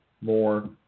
more